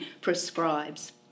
prescribes